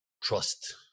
trust